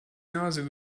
nase